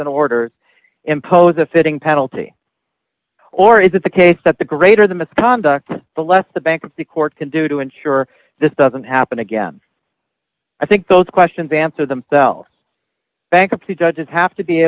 and orders impose a fitting penalty or is it the case that the greater the misconduct the less the bankruptcy court can do to ensure this doesn't happen again i think those questions answered themselves bankruptcy judges have to be